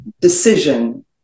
decision